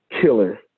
killer